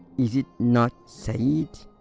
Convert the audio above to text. is it not said?